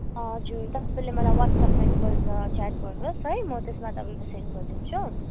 हजुर तपाईँले मलाई ह्वाट्सएपमा एकपल्ट च्याट गर्नुहोस् है म त्यसमा तपाईँको सेन्ड गरिदिन्छु